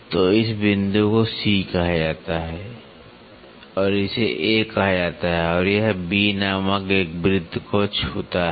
तो इस बिंदु को C कहा जाता है और इसे A कहा जाता है और यह B नामक एक वृत्त को छूता है